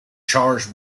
charged